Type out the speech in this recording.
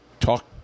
talk